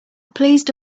pleased